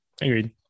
Agreed